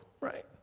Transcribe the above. right